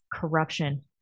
Corruption